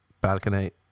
balcony